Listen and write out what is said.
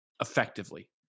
effectively